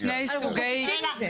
את סיימת, סטלה?